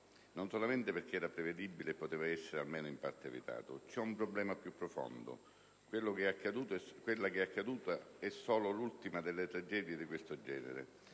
non solamente perché era prevedibile e poteva essere, almeno in parte, evitato. C'è un problema più profondo. Quella che è accaduta è solo l'ultima delle tragedie di questo genere.